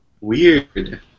Weird